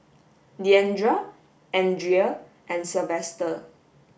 Deandra Andria and Sylvester